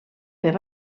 fer